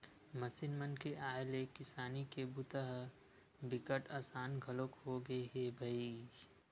machine मन के आए ले किसानी के बूता ह बिकट असान घलोक होगे हे भईर